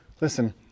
Listen